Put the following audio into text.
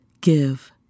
give